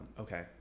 okay